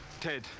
Ted